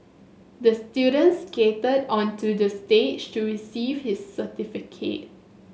the student skated onto the stage to receive his certificate